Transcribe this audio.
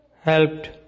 helped